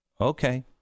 Okay